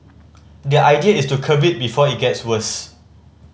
the idea is to curb it before it gets worse